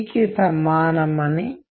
నిశ్శబ్దం కూడా కమ్యూనికేట్ చేస్తుంది